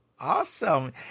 Awesome